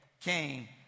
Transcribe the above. came